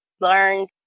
learned